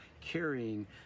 carrying